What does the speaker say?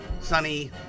sunny